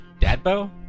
Dadbo